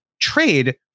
trade